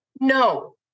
no